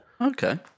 Okay